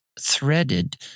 threaded